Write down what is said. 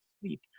sleep